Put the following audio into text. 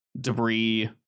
debris